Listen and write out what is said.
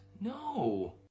No